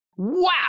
Wow